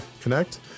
connect